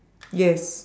yes